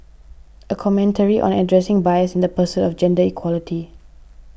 a commentary on addressing bias in the pursuit of gender equality